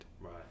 Right